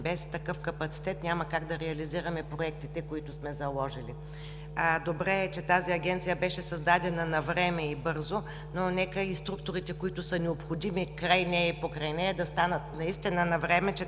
без такъв капацитет няма как да реализираме проектите, които сме заложили. Добре е, че тази Агенция беше създадена навреме и бързо, но нека инструкторите, които са необходими край нея и покрай нея, да станат наистина навреме,